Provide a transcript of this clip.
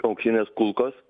auksinės kulkos